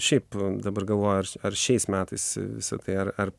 šiaip dabar galvoju ar šiais metais visa tai ar ar